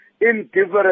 indifferent